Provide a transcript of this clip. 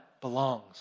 belongs